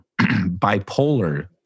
Bipolar